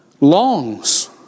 longs